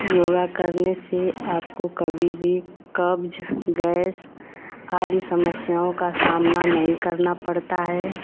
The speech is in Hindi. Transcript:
योग करने से आपको कभी भी कब्ज गैस आदि समस्याओं का सामना नहीं करना पड़ता है